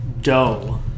dough